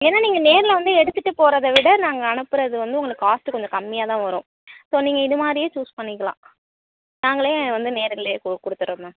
ஏன்னா நீங்கள் நேரில் வந்து எடுத்துகிட்டு போகிறத விட நாங்க அனுப்புகிறது வந்து உங்களுக்கு காஸ்ட் கொஞ்சம் கம்மியாக தான் வரும் ஸோ நீங்கள் இது மாதிரியே சூஸ் பண்ணிக்கலாம் நாங்கள் வந்து நேரடியா கொடுத்துடுவோம் மேம்